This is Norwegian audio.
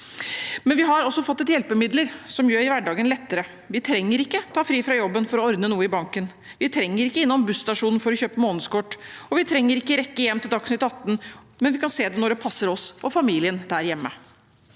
men vi har også fått hjelpemidler som gjør hverdagen lettere. Vi trenger ikke ta fri fra jobben for å ordne noe i banken. Vi trenger ikke gå innom busstasjonen for å kjøpe månedskort. Vi trenger ikke rekke hjem til Dagsnytt 18, men kan se det når det passer oss og familien der hjemme.